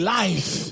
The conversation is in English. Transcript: life